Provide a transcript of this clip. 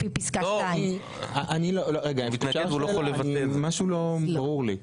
לפי פסקה 2. משהו לא ברור לי,